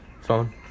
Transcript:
phone